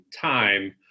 time